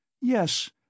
yes